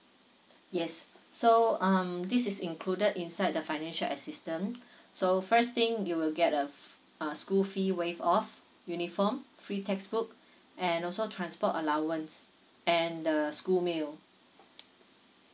yes so um this is included inside the financial assistance so first thing you will get a f~ uh school fee waive off uniform free textbook and also transport allowance and the school meal